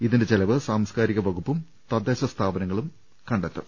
ഇതിന്റെ ചെലവ് സാംസ്കാരിക വകുപ്പും തദ്ദേശ സ്ഥാപന ങ്ങളും കണ്ടെത്തും